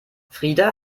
frida